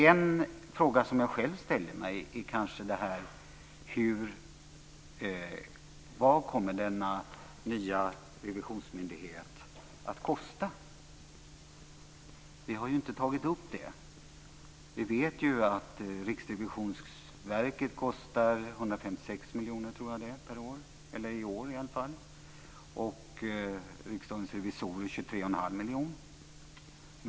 En fråga som jag själv ställer mig är vad denna nya revisionsmyndighet kommer att kosta. Vi har ju inte tagit upp det. Jag tror att Riksrevisionsverket kostar 156 miljoner i år. Riksdagens revisorer kostar 23 1⁄2 miljoner.